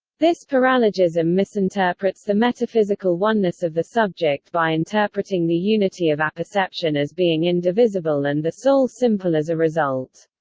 this paralogism misinterprets the metaphysical oneness of the subject by interpreting the unity of apperception as being indivisible and the soul simple as a result.